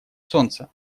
солнца